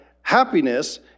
happiness